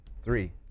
Three